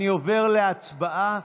אני עובר להצבעה.